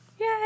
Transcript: Yay